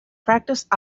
practiced